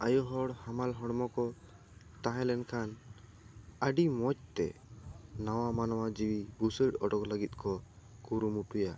ᱟᱭᱚ ᱦᱚᱲ ᱦᱟᱢᱟᱞ ᱦᱚᱲᱢᱚ ᱠᱚ ᱛᱟᱦᱮᱞᱮᱱ ᱠᱷᱟᱱ ᱟᱹᱰᱤ ᱢᱚᱡᱽ ᱛᱮ ᱱᱟᱣᱟ ᱢᱟᱱᱣᱟ ᱡᱤᱣᱤ ᱵᱩᱥᱟᱹᱲ ᱚᱰᱚᱠ ᱞᱟᱹᱜᱤᱫ ᱠᱚ ᱠᱩᱨᱤᱢᱩᱴᱩᱭᱟ